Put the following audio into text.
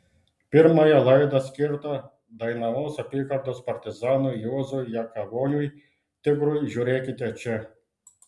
pirmąją laidą skirtą dainavos apygardos partizanui juozui jakavoniui tigrui žiūrėkite čia